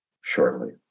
shortly